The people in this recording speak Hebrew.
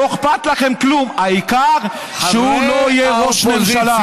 לא אכפת לכם כלום, העיקר שהוא לא יהיה ראש ממשלה.